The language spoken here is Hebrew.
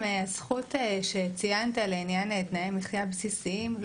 מהזכות שציינת לעניין תנאי מחיה בסיסיים,